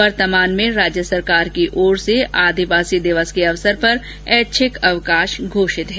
वर्तमान में राज्य सरकार की ओर से आदिवासी दिवस के अवसर पर ऐच्छिक अवकाश घोषित है